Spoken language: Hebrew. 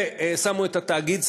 ושמו את התאגיד,